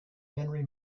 henry